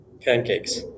Pancakes